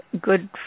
good